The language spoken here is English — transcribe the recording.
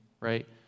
right